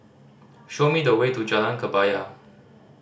show me the way to Jalan Kebaya